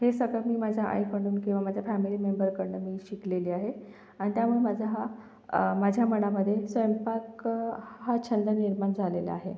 हे सतत मी माझ्या आईकडून किंवा माझ्या फॅमिली मेंबरकडून मी शिकलेली आहे अन् त्यामुळे माझा हा माझ्या मनामध्ये स्वयंपाक हा छंद निर्माण झालेला आहे